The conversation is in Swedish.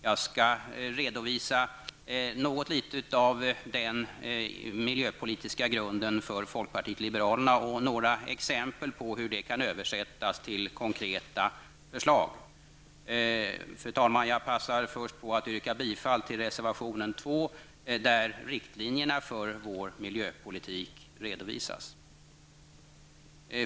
Jag skall nu redovisa den miljöpolitiska grunden för folkpartiet liberalerna och ge några exempel på hur det kan översättas till konkreta förslag. Jag passar först på att yrka bifall till reservation 2, där riktlinjerna för vår miljöpolitik redovisas.